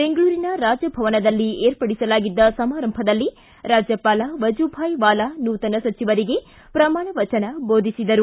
ಬೆಂಗಳೂರಿನ ರಾಜಭವನದಲ್ಲಿ ಏರ್ಪಡಿಸಲಾಗಿದ್ದ ಸಮಾರಂಭದಲ್ಲಿ ರಾಜ್ಯಪಾಲ ವಜೂಬಾಯಿವಾಲಾ ನೂತನ ಸಚಿವರಿಗೆ ಪ್ರಮಾಣ ವಚನ ಬೋಧಿಸಿದರು